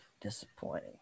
disappointing